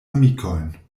amikojn